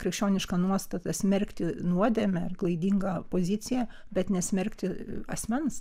krikščioniška nuostata smerkti nuodėmę ir klaidingą poziciją bet nesmerkti asmens